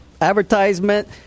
advertisement